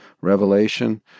revelation